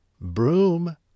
Broom